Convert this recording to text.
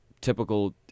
typical